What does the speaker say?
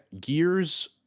gears